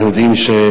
אנחנו יודעים,